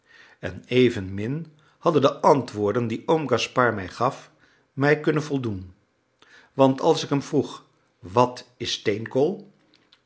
en evenmin hadden de antwoorden die oom gaspard mij gaf mij kunnen voldoen want als ik hem vroeg wat is